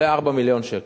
עולה 4 מיליון שקל.